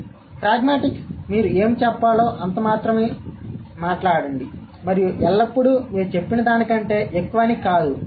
కాబట్టి ప్రాగ్మాటిక్స్మీరు ఏమి చెప్పాలో అంత మాత్రమే మాట్లాడండి మరియు ఎల్లప్పుడూ మీరు చెప్పిన దానికంటే ఎక్కువ అని కాదు